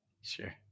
Sure